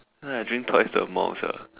then I drink twice the amount sia